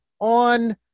on